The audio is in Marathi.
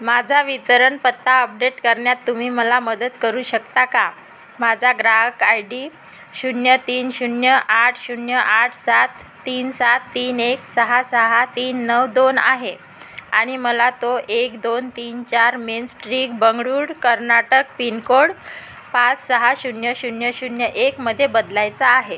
माझा वितरण पत्ता अपडेट करण्यात तुम्ही मला मदत करू शकता का माझा ग्राहक आय डी शून्य तीन शून्य आठ शून्य आठ सात तीन सात तीन एक सहा सहा तीन नऊ दोन आहे आणि मला तो एक दोन तीन चार Main Street Bengaluru Karnataka pin code पाच सहा शून्य शून्य शून्य एकमध्ये बदलायचा आहे